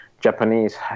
Japanese